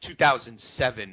2007